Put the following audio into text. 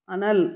Anal